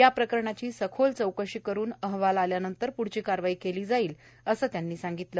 याप्रकरणाची सखोल चौकशी करुन अहवाल आल्यानंतर प्ढची कारवाई केली जाईल असं त्यांनी सांगितलं